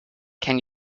can